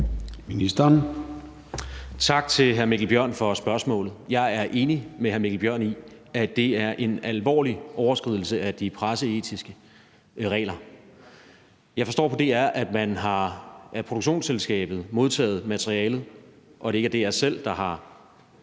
Tak til hr. Mikkel Bjørn for spørgsmålet. Jeg er enig med hr. Mikkel Bjørn i, at det er en alvorlig overskridelse af de presseetiske regler. Jeg forstår på DR, at man har modtaget materiale fra produktionsselskabet, og at det ikke er DR selv, der har